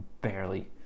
barely